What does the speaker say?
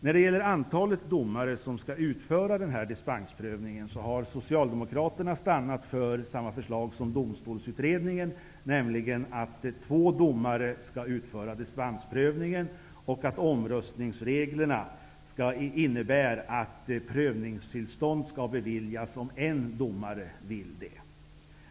När det gäller antalet domare som skall utföra dispensprövningen har Socialdemokraterna stannat för Domstolsutredningens förslag om två domare. Vad gäller omröstningsreglerna ställer sig Socialdemokraterna bakom förslaget att prövningstillstånd skall beviljas om en domare vill det.